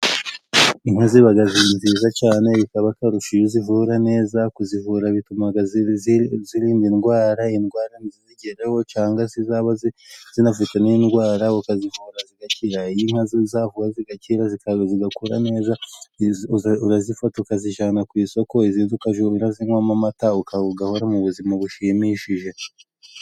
Inka ziba nziza cyane bikaba akarusha iyo zivura neza kuzivura bituma uzirinda indwara, indwara ntizizigeraho cyangwa se zaba zinafite n'indwaraka ukazivura zigakira, iyo inka zavuwe zigakira zigakura neza urazifata ukazijyana ku isoko izindi ukajya urazinywamo amata ukawu ugahora mu buzima bushimishije.